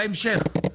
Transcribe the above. בהמשך,